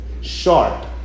sharp